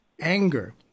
Anger